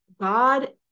God